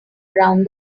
around